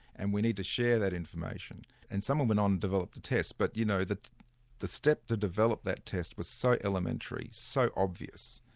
and we need to share that information, and someone went on and developed the test. but you know, the the step to develop that test was so elementary, so obvious,